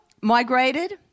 migrated